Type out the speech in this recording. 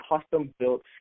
custom-built